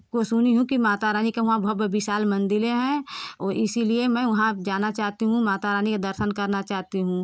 को सुनी हूँ कि माता रानी का वहाँ भव्य विशाल मंदिर है इसलिए मैं वहाँ जाना चाहती हूँ माता रानी का दर्शन करना चाहती हूँ